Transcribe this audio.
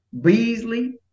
Beasley